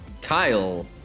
Kyle